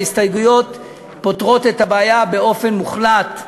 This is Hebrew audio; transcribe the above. ההסתייגויות פותרות את הבעיה באופן מוחלט,